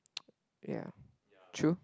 yeah true